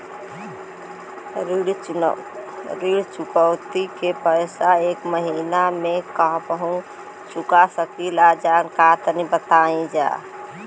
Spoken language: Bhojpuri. ऋण चुकौती के पैसा एक महिना मे कबहू चुका सकीला जा बताईन जा?